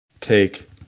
take